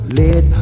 let